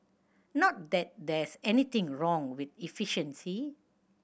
not that there's anything wrong with efficiency